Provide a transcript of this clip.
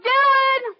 Dylan